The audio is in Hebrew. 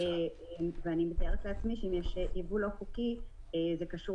אני מתארת לעצמי שאם יש יבוא לא חוקי זה קשור